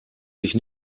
sich